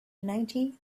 ninety